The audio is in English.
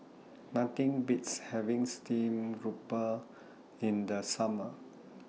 Nothing Beats having Steamed Grouper in The Summer